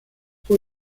fue